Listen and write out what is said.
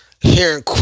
Hearing